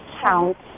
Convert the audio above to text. counts